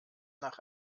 nach